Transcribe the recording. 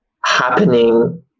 happening